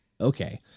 Okay